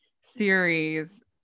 series